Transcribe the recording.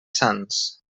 sants